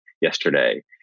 yesterday